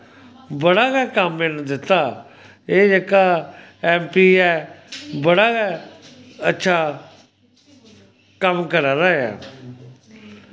बड़ा गै कम्म इन्न दित्ता एह् जेह्का ऐम पी ऐ बड़ा गै अच्छा कम्म करा दा ऐ